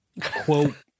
quote